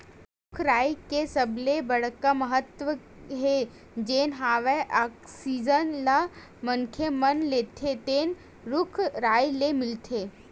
रूख राई के सबले बड़का महत्ता हे जेन हवा आक्सीजन ल मनखे मन लेथे तेन रूख राई ले मिलथे